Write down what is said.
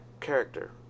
character